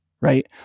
right